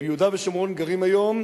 ביהודה ושומרון גרים היום